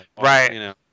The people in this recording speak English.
Right